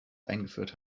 eingeführt